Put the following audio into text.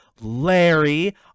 Larry